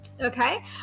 okay